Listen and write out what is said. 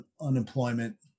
unemployment